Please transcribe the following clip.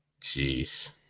jeez